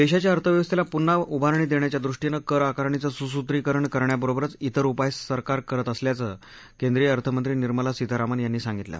देशाच्या अर्थव्यवस्थेला पुन्हा उभारणी देण्याच्या दृष्टीनं कर आकारणीचं सुसूत्रीकरण करण्यावरोबरच वेर उपाय सरकार करत असल्याचं केंद्रीय अर्थमंत्री निर्मला सीतारामन यांनी सांगितलं